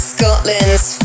Scotland's